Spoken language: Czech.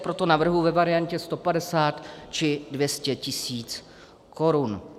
Proto navrhuji ve variantě 150 či 200 tisíc korun.